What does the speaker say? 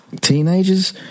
teenagers